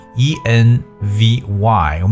envy